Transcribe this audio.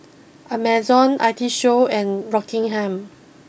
Amazon I T show and Rockingham